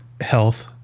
health